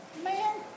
man